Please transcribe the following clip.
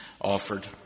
offered